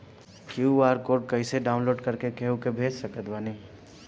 QR code कइसे download कर के केहु के भेज सकत बानी?